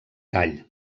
call